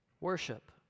worship